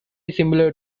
similar